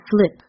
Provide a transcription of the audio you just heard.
flip